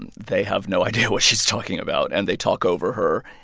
and they have no idea what she's talking about, and they talk over her.